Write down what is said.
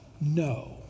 no